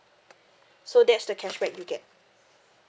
so that's the cashback you get